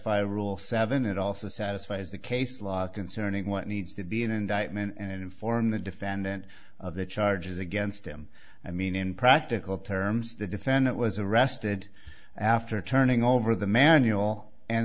satisfy rule seven it also satisfies the case law concerning what needs to be an indictment and inform the defendant of the charges against him i mean in practical terms the defendant was arrested after turning over the manual and